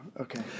Okay